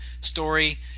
story